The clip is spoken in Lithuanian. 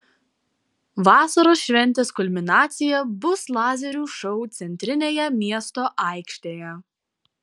vasaros šventės kulminacija bus lazerių šou centrinėje miesto aikštėje